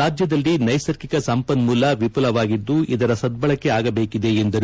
ರಾಜ್ಯದಲ್ಲಿ ನೈಸರ್ಗಿಕ ಸಂಪನ್ಮೂಲ ವಿಮಲವಾಗಿದ್ದು ಇದರ ಸದ್ದಳಕೆ ಆಗಬೇಕಿದೆ ಎಂದರು